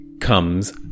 comes